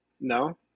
No